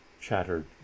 chattered